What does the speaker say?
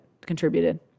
contributed